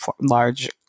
large